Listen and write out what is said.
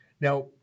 Now